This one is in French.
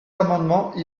amendements